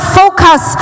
focus